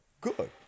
good